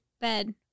bed